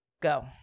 Go